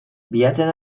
bilatzen